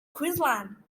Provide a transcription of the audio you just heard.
queensland